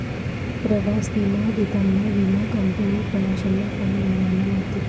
प्रवास विमा देताना विमा कंपनी प्रवाशांना फॉर्म भरायला लावते